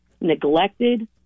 neglected